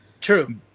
True